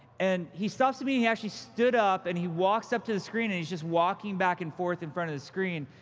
and he stopped me, he actually stood up, and he walks up to the screen, he's walking back and forth in front of the screen,